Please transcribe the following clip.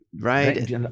right